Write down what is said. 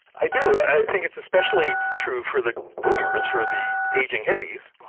i do. i think it's especially true for the boomers, for the ageing hippies,